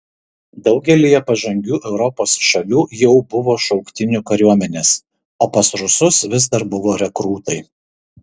daugelyje pažangių europos šalių jau buvo šauktinių kariuomenės o pas rusus vis dar buvo rekrūtai